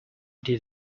did